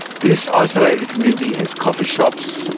this isolated community has coffee shops,